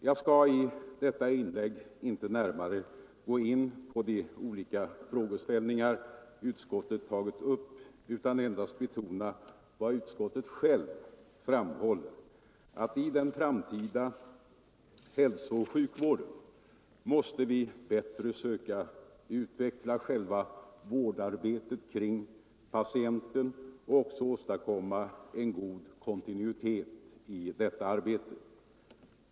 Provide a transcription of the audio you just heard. Jag skall i detta inlägg inte närmare gå in på de olika frågeställningar utskottet tagit upp utan endast betona vad utskottet självt framhåller, att i den framtida hälsooch sjukvården måste vi bättre söka utveckla själva vårdarbetet kring patienten och åstadkomma en god kontinuitet i detta arbete.